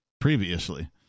previously